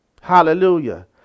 Hallelujah